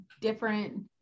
different-